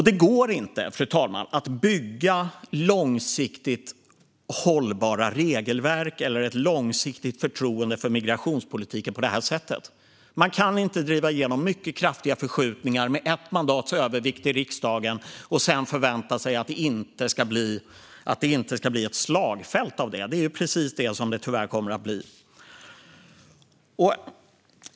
Det går inte, fru talman, att bygga långsiktigt hållbara regelverk eller ett långsiktigt förtroende för migrationspolitiken på det här sättet. Man kan inte driva igenom mycket kraftiga förskjutningar med ett mandats övervikt i riksdagen och sedan förvänta sig att det inte ska bli ett slagfält. Det är tyvärr vad som kommer att ske.